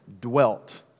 dwelt